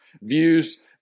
views